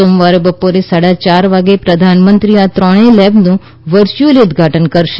સોમવારે બપોરે સાડા ચાર વાગે પ્રધાનમંત્રી આ ત્રણેય લેબનું વર્ચ્યુઅલી ઉદઘાટન કરશે